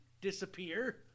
Disappear